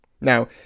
Now